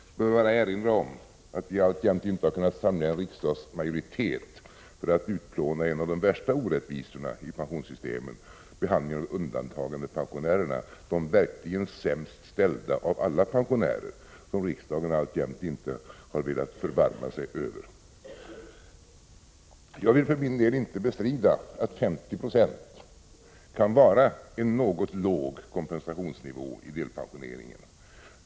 Jag vill bara erinra om att vi alltjämt inte har kunnat samla en riksdagsmajoritet för att utplåna en av de värsta orättvisorna i pensionssystemen, nämligen behandlingen av undantagandepensionärerna, de verkligen sämst ställda av alla pensionärer som riksdagen alltjämt inte har velat förbarma sig över. Jag vill för min del inte bestrida att 50 26 kan vara en något låg kompensationsnivå i delpensioneringen.